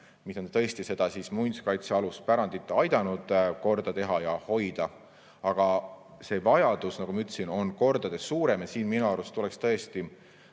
see on tõesti muinsuskaitsealust pärandit aidanud korda teha ja hoida. Aga see vajadus, nagu ma ütlesin, on kordades suurem. Minu arust tuleks tõesti